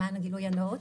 למען הגילוי הנאות,